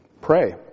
pray